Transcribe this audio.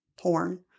porn